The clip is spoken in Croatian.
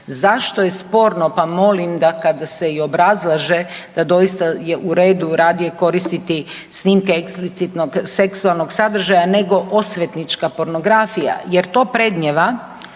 Zašto je sporno pa molim da kada se i obrazlaže da doista je u redu radije koristi snimke eksplicitnog seksualnog sadržaja nego osvetnička pornografija jer to predmnijeva